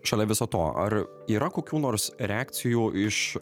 šalia viso to ar yra kokių nors reakcijų iš